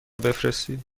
بفرستید